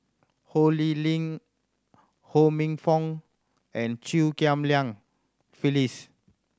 Ho Lee Ling Ho Minfong and Chew Ghim Lian Phyllis